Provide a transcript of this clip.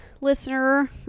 listener